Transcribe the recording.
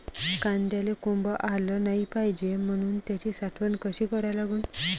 कांद्याले कोंब आलं नाई पायजे म्हनून त्याची साठवन कशी करा लागन?